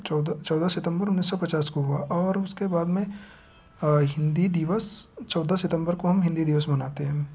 चौद चौदह सितम्बर उन्नीस सौ पचास को हुआ और उसके बाद में हिंदी दिवस चौदह सितम्बर को हम हिंदी दिवस मनाते हैं